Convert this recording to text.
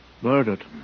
Murdered